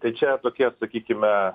tai čia tokie sakykime